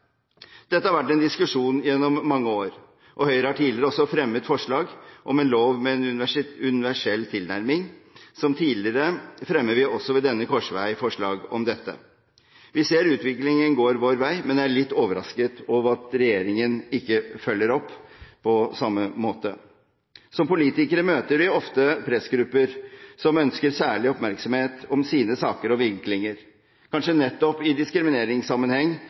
Dette har vært en diskusjon gjennom mange år, og Høyre har tidligere også fremmet forslag om en lov med en universell tilnærming. Som tidligere fremmer vi også ved denne korsvei forslag om dette. Vi ser utviklingen går vår vei, men er litt overrasket over at regjeringen ikke følger opp på samme måte. Som politikere møter vi ofte pressgrupper som ønsker særlig oppmerksomhet om sine saker og vinklinger. Kanskje nettopp i diskrimineringssammenheng